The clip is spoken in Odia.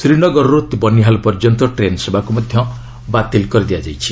ଶ୍ରୀନଗରରୁ ବନିହାଲ୍ ପର୍ଯ୍ୟନ୍ତ ଟ୍ରେନ୍ ସେବାକୁ ମଧ୍ୟ ବାତିଲ୍ କରାଯାଇଛି